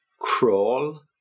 crawl